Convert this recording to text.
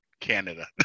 Canada